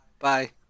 Bye